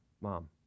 Mom